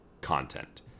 content